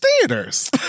theaters